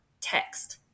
text